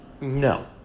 No